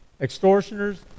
extortioners